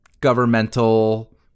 governmental